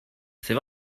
c’est